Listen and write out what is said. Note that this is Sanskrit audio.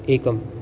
एकम्